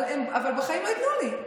אבל בחיים לא ייתנו לי,